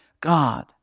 God